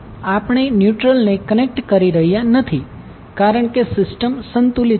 આપણે ન્યુટ્રલને કનેક્ટ કરી રહ્યાં નથી કારણ કે સિસ્ટમ સંતુલિત છે